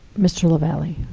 mr. lavalley.